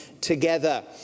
together